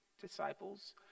disciples